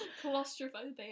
Claustrophobia